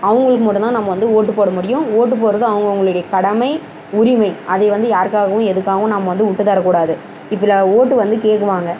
அவங்களுக்கு மட்டும் தான் நம்ம வந்து ஓட்டு போட முடியும் ஓட்டு போடுகிறதும் அவங்கவுங்களுடைய கடமை உரிமை அதை வந்து யாருக்காகவும் எதுக்காகவும் நம்ம வந்து விட்டுத்தரக்கூடாது இதில் ஓட்டு வந்து கேக்குறாங்க